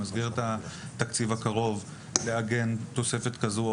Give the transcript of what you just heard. במסגרת התציב הקרוב לעגן תוספת תקציבית כזו או